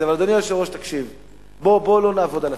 אדוני היושב-ראש, תקשיב, בוא לא נעבוד על הציבור.